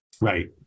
right